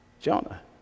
Jonah